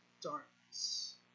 darkness